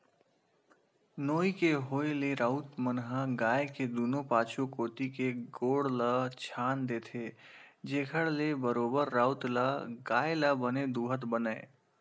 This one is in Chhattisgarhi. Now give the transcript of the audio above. नोई के होय ले राउत मन ह गाय के दूनों पाछू कोती के गोड़ ल छांद देथे, जेखर ले बरोबर राउत ल गाय ल बने दूहत बनय